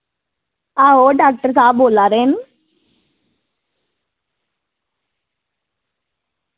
आहो डाक्टर साहब बोल्ला दे न